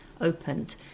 opened